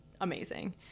amazing